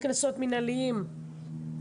לקנסות מנהליים,